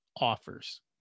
offers